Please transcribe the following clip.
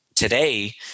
today